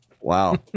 Wow